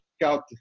out